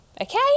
okay